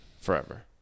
forever